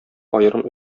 аерым